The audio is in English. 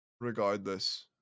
regardless